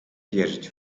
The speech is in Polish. wierzyć